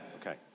Okay